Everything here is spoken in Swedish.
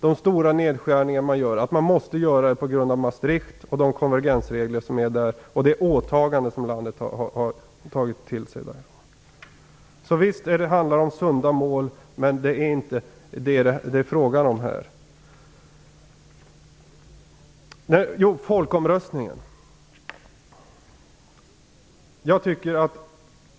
De stora nedskärningarna där motiveras med de konvergensregler som finns i Maastrichtavtalet och det åtagande som landet har gjort. Visst kan det handla om sunda mål. men det är det inte fråga om här. Så var det folkomröstningen.